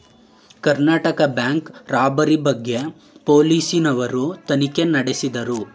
Karnataka bank robbery ಬಗ್ಗೆ police ನವರು ತನಿಖೆ ನಡೆಸಿದರು